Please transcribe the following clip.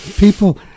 People